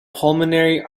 pulmonary